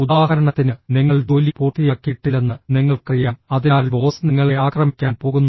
ഉദാഹരണത്തിന് നിങ്ങൾ ജോലി പൂർത്തിയാക്കിയിട്ടില്ലെന്ന് നിങ്ങൾക്കറിയാം അതിനാൽ ബോസ് നിങ്ങളെ ആക്രമിക്കാൻ പോകുന്നു